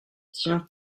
tiens